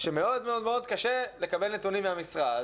שמאוד מאוד קשה לקבל נתונים מהמשרד